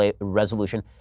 Resolution